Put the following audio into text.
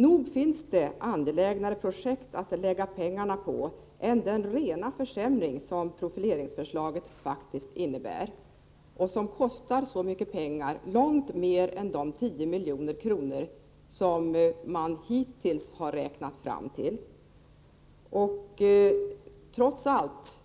Nog finns det angelägnare projekt att lägga pengarna på än den rena försämring som profileringsförslaget faktiskt innebär och som kostar så mycket — långt mer än de 10 milj.kr. man hittills har räknat fram. Trots allt